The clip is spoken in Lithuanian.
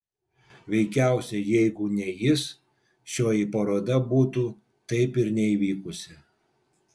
veikiausiai jeigu ne jis šioji paroda būtų taip ir neįvykusi